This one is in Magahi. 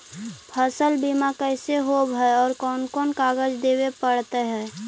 फसल बिमा कैसे होब है और कोन कोन कागज देबे पड़तै है?